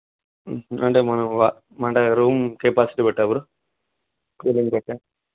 అంటే మన వా మన రూమ్ కెపాసిటీ బట్టి బ్రో కూలింగ్ బట్టి